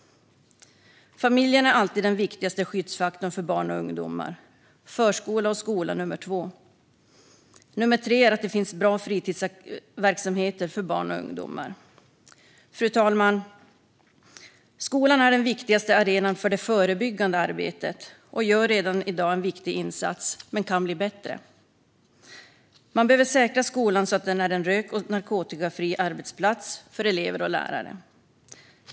Familjen är alltid den viktigaste skyddsfaktorn för barn och ungdomar. Förskola och skola är nummer två. Nummer tre är att det finns bra fritidsverksamheter för barn och ungdomar. Fru talman! Skolan är den viktigaste arenan för det förebyggande arbetet och gör redan i dag en viktig insats. Det kan dock bli bättre. Man behöver säkra skolan så att den är en rök och narkotikafri arbetsplats för elever och lärare.